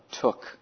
took